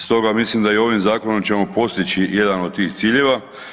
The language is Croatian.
Stoga mislim da i ovim zakonom ćemo postići jedan od tih ciljeva.